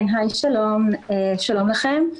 כן, שלום לכם.